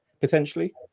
potentially